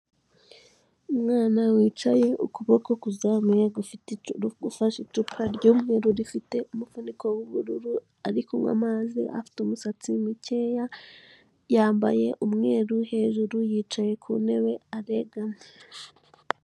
Umwana wicaye, ukuboko kuzamuye gufite gufashe icupa ry'umweru, rifite umufuniko w'ubururu, ari kunywa amazi, afite umusatsi mukeya, yambaye umweru, hejuru yicaye ku ntebe aregamye.